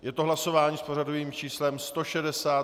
Je to hlasování s pořadovým číslem 160.